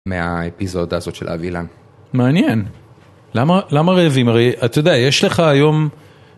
מהאפיזודה הזאת של אבי אילן מעניין למה למה רעבים הרי אתה יודע יש לך היום